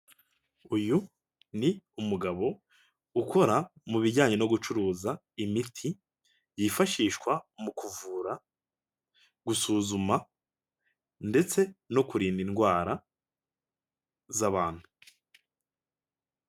Uyu ni umugabo ukora mu bijyanye no gucuruza imiti yifashishwa mu kuvura, gusuzuma ndetse no kurinda indwara z'abantu.